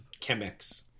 chemex